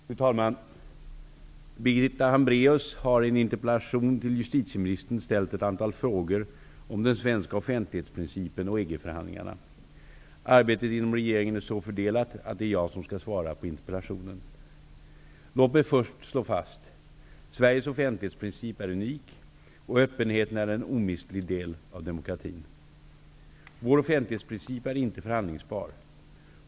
Fru talman! Birgitta Hambraeus har i en interpellation till justitieministern ställt ett antal frågor om den svenska offentlighetsprincipen och EG-förhandlingarna. Arbetet inom regeringen är så fördelat att det är jag som skall svara på interpellationen. Låt mig först slå fast: Sveriges offentlighetsprincip är unik. Och öppenheten är en omistlig del av demokratin. Vår offentlighetsprincip är inte förhandlingsbar.